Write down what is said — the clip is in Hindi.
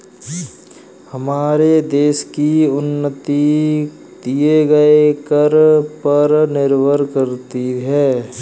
हमारे देश की उन्नति दिए गए कर पर निर्भर करती है